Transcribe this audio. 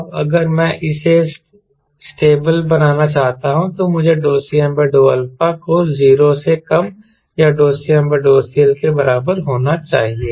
अब अगर मैं इसे स्टेबिल बनाना चाहता हूं तो मुझे Cm∂α को 0 से कम या CmCL के बराबर होना चाहिए